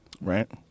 Right